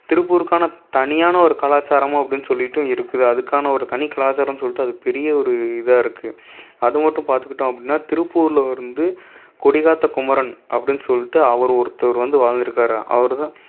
திருப்பூருக்கான தனியான ஒரு கலாச்சாரமும் அப்படினு சொல்லிகிட்டு இருக்குது அதுக்கான ஒரு தனி கலாச்சாரனு சொல்லிட்டு அது பெரிய ஒரு இதாக இருக்குது அது மட்டும் பார்த்துக்கிட்டோம் அப்படினா திருப்பூரில் இருந்து கொடிகாத்த குமரன் அப்படினு சொல்லிட்டு அவர் ஒருத்தவர் வந்து வாழ்ந்திருக்கார் அவர் தான்